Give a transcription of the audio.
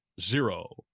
zero